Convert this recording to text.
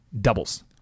doubles